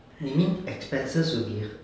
你 mean expenses will be